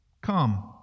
Come